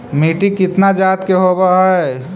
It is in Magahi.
मिट्टी कितना जात के होब हय?